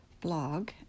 blog